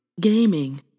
Gaming